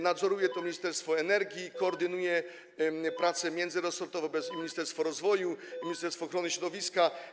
Nadzoruje to Ministerstwo Energii, które koordynuje prace międzyresortowo, bo jest i Ministerstwo Rozwoju, i ministerstwo ochrony środowiska.